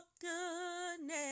goodness